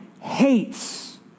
hates